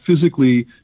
physically